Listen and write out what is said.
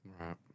Right